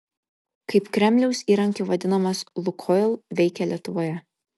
kaip kremliaus įrankiu vadinamas lukoil veikė lietuvoje